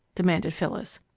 demanded phyllis.